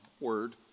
word